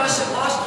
כבוד היושב-ראש,